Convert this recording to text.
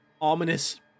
ominous